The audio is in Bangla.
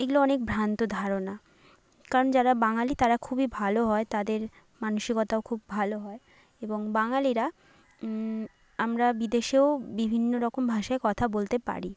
এগুলো অনেক ভ্রান্ত ধারণা কারণ যারা বাঙালি তারা খুবই ভালো হয় তাদের মানসিকতাও খুব ভালো হয় এবং বাঙালিরা আমরা বিদেশেও বিভিন্ন রকম ভাষায় কথা বলতে পারি